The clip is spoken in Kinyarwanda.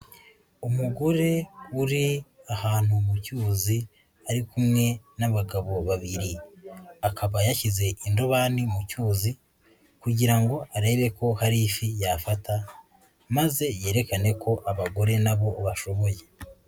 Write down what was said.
Umugore uri ahantu mu cyuzi ari kumwe n'abagabo babiri, akaba yashyize indobani mu cyuzi kugira ngo arebe ko hari ifi yafata maze yerekane ko abagore nabo bashoboye.